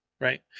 right